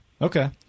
Okay